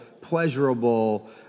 pleasurable